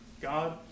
God